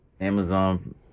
Amazon